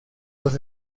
los